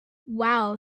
wow